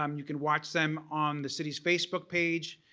um you can watch them on the city's facebook page,